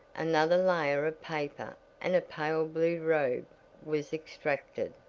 another layer of paper and a pale blue robe was extracted.